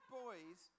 boys